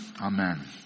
Amen